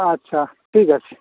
আচ্ছা ঠিক আছে